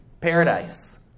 Paradise